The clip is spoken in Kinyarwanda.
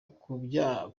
kubyaza